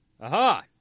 Aha